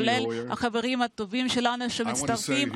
כולל החברים הטובים שלנו שמצטרפים,